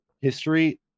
history